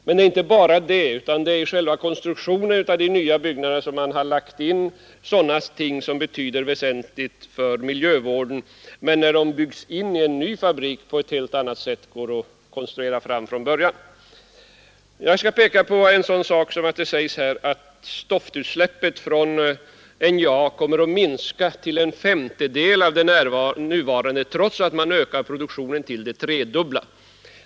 Men det är inte bara fråga om detta, utan därtill kommer att man vid konstruktionen av de nya byggnaderna har lagt in ting av väsentlig betydelse för miljövården, vilka kan utformas på ett helt annat sätt när de kan integreras i samband med uppförandet av en ny fabrik än vad som eljest hade varit möjligt. Jag skall bara peka på uppgiften att stoftutsläppet från NJA kommer att minska till en femtedel av det nuvarande, trots att man ökar produktionen till det tredubbla.